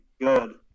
good